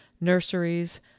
nurseries